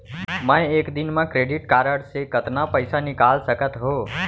मैं एक दिन म क्रेडिट कारड से कतना पइसा निकाल सकत हो?